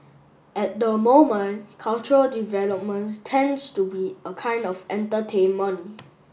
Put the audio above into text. at the moment cultural development tends to be a kind of entertainment